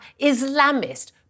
Islamist